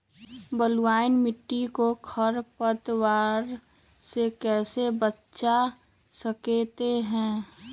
बलुई मिट्टी को खर पतवार से कैसे बच्चा सकते हैँ?